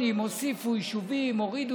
היום, אגב,